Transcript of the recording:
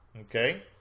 Okay